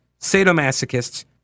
sadomasochists